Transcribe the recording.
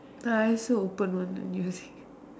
I also open one you see